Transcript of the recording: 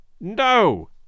No